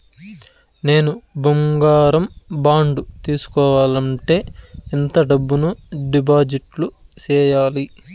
నేను బంగారం బాండు తీసుకోవాలంటే ఎంత డబ్బును డిపాజిట్లు సేయాలి?